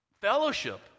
fellowship